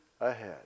ahead